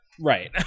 Right